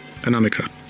Anamika